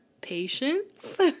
patience